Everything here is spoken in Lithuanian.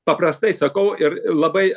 paprastai sakau ir labai